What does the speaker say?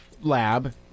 lab